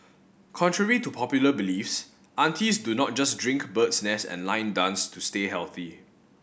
contrary to popular beliefs aunties do not just drink bird's nest and line dance to stay healthy